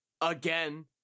again